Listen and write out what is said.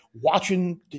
watching